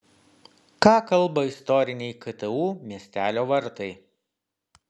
ką kalba istoriniai ktu miestelio vartai